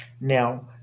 Now